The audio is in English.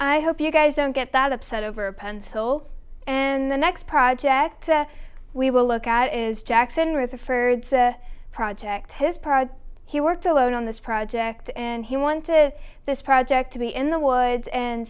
i hope you guys don't get that upset over a pencil and the next project we will look at is jackson referred to project his pride he worked alone on this project and he wanted to this project to be in the woods and